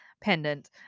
pendant